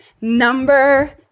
number